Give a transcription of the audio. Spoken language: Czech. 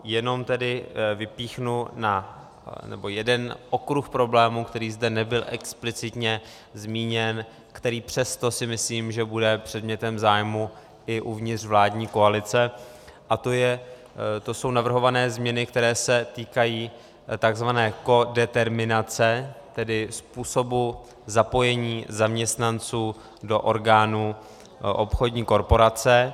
Jenom tedy vypíchnu jeden okruh problémů, který zde nebyl explicitně zmíněn, který přesto si myslím bude předmětem zájmu i uvnitř vládní koalice, a to jsou navrhované změny, které se týkají takzvané kodeterminace, tedy způsobu zapojení zaměstnanců do orgánů obchodní korporace.